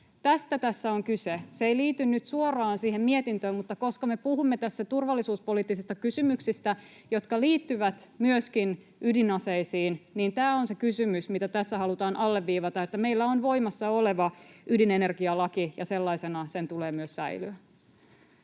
Tästä tässä on kyse. Se ei liity nyt suoraan siihen mietintöön, mutta koska me puhumme tässä turvallisuuspoliittisista kysymyksistä, jotka liittyvät myöskin ydinaseisiin, niin tämä on se kysymys, mitä tässä halutaan alleviivata, että meillä on voimassa oleva ydinenergialaki, ja sellaisena sen tulee myös säilyä.